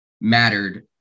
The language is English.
mattered